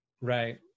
Right